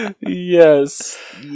Yes